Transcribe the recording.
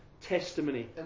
testimony